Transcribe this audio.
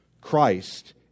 Christ